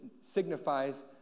signifies